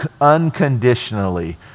unconditionally